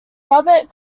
robert